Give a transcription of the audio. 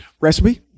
Recipe